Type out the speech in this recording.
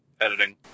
Editing